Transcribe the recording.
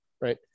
Right